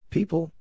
People